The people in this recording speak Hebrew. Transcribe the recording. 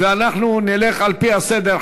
אנחנו נלך לפי הסדר.